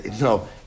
no